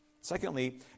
Secondly